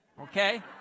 okay